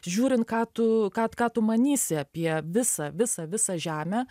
žiūrint ką tu ką ką tu manysi apie visą visą visą žemę